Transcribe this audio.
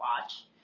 watch